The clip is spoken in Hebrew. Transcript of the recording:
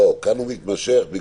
כאן הוא מתמשך,